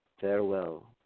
Farewell